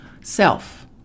self